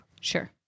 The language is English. Sure